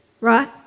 right